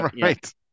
right